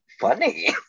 funny